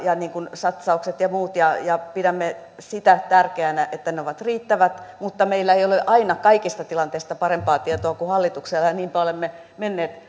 satsaukset ja muut ja ja pidämme sitä tärkeänä että ne ovat riittävät mutta meillä ei ole aina kaikista tilanteista parempaa tietoa kuin hallituksella niinpä olemme menneet